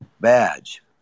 badge